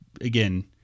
again